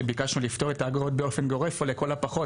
ביקשנו לפטור את האגרות באופן גורף או לכל הפחות